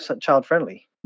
child-friendly